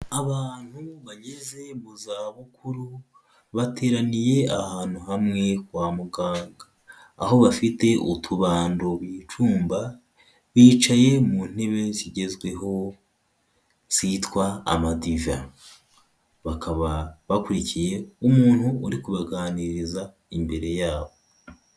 Abantu bageze mu za bukuru, bateraniye ahantu hamwe kwa muganga, aho bafite utubando bicumba, bicaye mu ntebe zigezweho zitwa amadiva. Bakaba bakurikiye umuntu uri kubaganiriza imbere yabo.